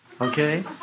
Okay